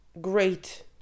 great